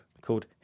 called